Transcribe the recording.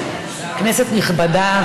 כנסת נכבדה,